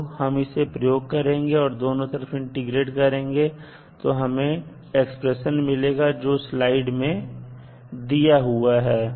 तो हम इसे प्रयोग करेंगे और दोनों तरफ इंटीग्रेशन करेंगे तब हमें एक एक्सप्रेशन मिलेगा जो स्लाइड में दिया हुआ है